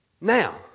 Now